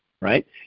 right